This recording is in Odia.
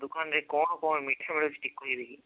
ଆପଣଙ୍କ ଦୋକାନରେ କ'ଣ କ'ଣ ମିଠା ମିଳୁଛି ଟିକେ କହିବେ କି